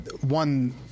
one